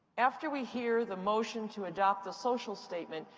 after we hear the motion to adopt the social statement,